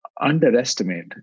underestimate